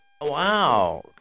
Wow